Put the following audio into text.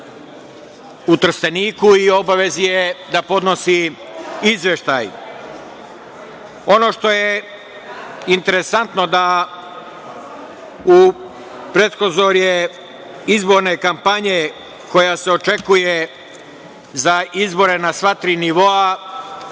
u Trsteniku i u obavezi je da podnosi izveštaj. Ono što je interesantno da u praskozorje izborne kampanje, koja se očekuje za izbore na sva tri nivoa,